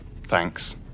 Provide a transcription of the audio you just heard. Thanks